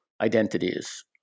identities